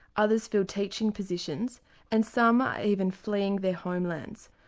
others fill teaching positions and some are even fleeing their homelands.